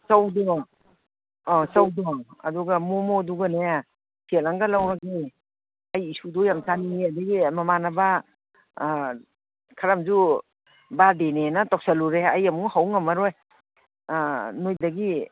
ꯆꯧꯗꯣ ꯑꯥ ꯆꯧꯗꯣ ꯑꯗꯨꯒ ꯃꯣꯃꯣꯗꯨꯒꯅꯦ ꯁꯦꯠ ꯑꯃꯒ ꯂꯧꯔꯒꯦ ꯑꯩ ꯏꯁꯨꯗꯣ ꯌꯥꯝ ꯆꯥꯅꯤꯡꯉꯦ ꯑꯗꯒꯤ ꯃꯃꯥꯟꯅꯕ ꯈꯔ ꯑꯃꯁꯨ ꯕꯥꯔꯗꯦꯅꯦꯅ ꯇꯧꯁꯤꯜꯂꯨꯔꯦ ꯑꯩ ꯑꯃꯨꯛ ꯍꯧ ꯉꯝꯃꯔꯣꯏ ꯅꯣꯏꯗꯒꯤ